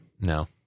No